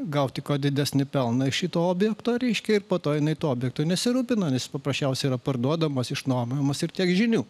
gauti kuo didesnį pelną iš šito objekto reiškia ir po to jinai tuo objektu nesirūpina nes paprasčiausiai yra parduodamos išnuomojamos ir tiek žinių